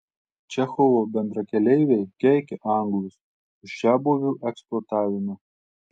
čechovo bendrakeleiviai keikė anglus už čiabuvių eksploatavimą